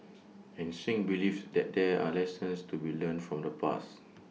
and Singh believes that there are lessons to be learnt from the past